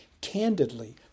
candidly